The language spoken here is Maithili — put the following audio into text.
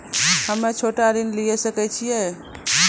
हम्मे छोटा ऋण लिये सकय छियै?